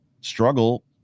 struggle